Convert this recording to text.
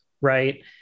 right